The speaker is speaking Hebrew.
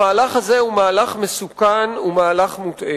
המהלך הזה הוא מהלך מסוכן, הוא מהלך מוטעה.